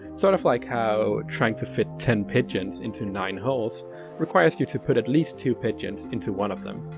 sort of like how trying to fit ten pigeons into nine holes requires you to put at least two pigeons into one of them.